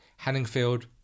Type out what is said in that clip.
Hanningfield